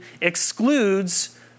excludes